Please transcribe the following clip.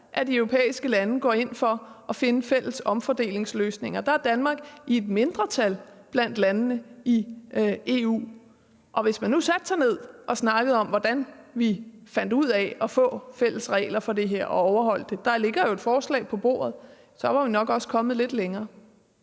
af de europæiske lande ind for at finde fælles omfordelingsløsninger, og der er Danmark i et mindretal blandt landene i EU. Hvis man satte sig ned og snakkede om, hvordan man fandt ud af at få fælles regler for det her og overholde det – der ligger jo et forslag på bordet – så var man nok også kommet lidt længere.